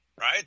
right